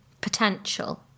potential